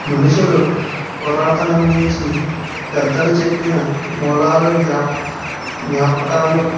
మనుషులు పురాతనం నుంచి పెద్దలు చెప్పిన మూలాలు యాప్ జ్ఞాపకాలు